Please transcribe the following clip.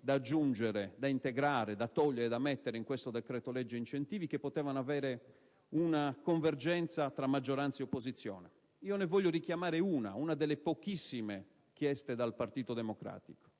da aggiungere, da integrare, da togliere e da introdurre in questo decreto-legge incentivi, che poteva registrare una convergenza tra maggioranza e opposizione. Voglio richiamare una delle pochissime richieste del Partito Democratico.